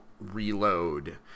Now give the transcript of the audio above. reload